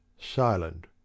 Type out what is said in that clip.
silent